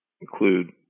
include